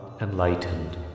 enlightened